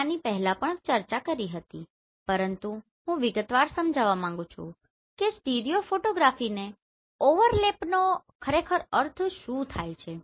મેં આની પહેલાં પણ ચર્ચા કરી છે પરંતુ હું વિગતવાર સમજાવવા માંગુ છું કે સ્ટીરિયો ફોટોગ્રાફીને ઓવરલેપનો ખરેખર અર્થ શું થાય છે